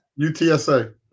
UTSA